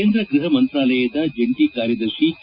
ಕೇಂದ್ರ ಗೃಪ ಮಂತ್ರಾಲಯದ ಜಂಟಿ ಕಾರ್ಯದರ್ಶಿ ಕೆ